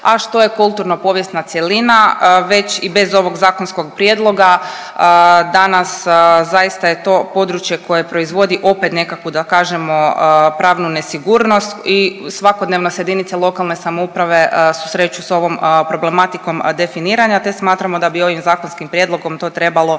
a što je kulturno-povijesna cjelina. Već i bez ovog zakonskog prijedloga danas zaista je to područje koje proizvodi opet nekakvu da kažemo pravnu nesigurnost i svakodnevno se jedinice lokalne samouprave susreću s ovom problematikom definiranja te smatramo da bi ovim zakonskim prijedlogom to trebalo